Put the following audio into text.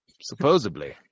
Supposedly